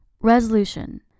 Resolution